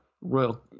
Royal